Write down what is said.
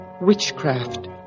witchcraft